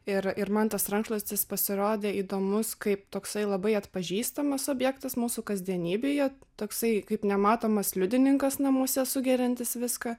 ir ir man tas rankšluostis pasirodė įdomus kaip toksai labai atpažįstamas objektas mūsų kasdienybėje toksai kaip nematomas liudininkas namuose sugeriantis viską